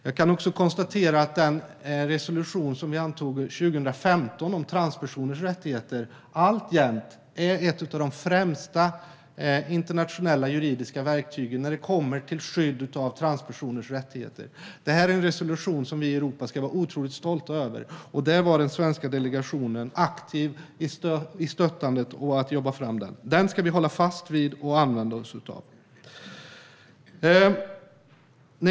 Jag kan också konstatera att den resolution om transpersoners rättigheter som vi antog 2015 alltjämt är ett av de främsta internationella juridiska verktygen när det kommer till skydd av transpersoners rättigheter. Det är en resolution vi i Europa ska vara otroligt stolta över, och den svenska delegationen var aktiv i stöttandet av och arbetet med att ta fram den. Den ska vi hålla fast vid och använda oss av.